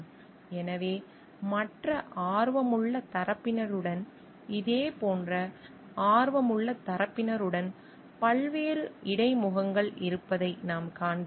எனவே மற்ற ஆர்வமுள்ள தரப்பினருடன் இதேபோன்ற ஆர்வமுள்ள தரப்பினருடன் பல்வேறு இடைமுகங்கள் இருப்பதை நாம் காண்கிறோம்